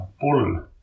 pull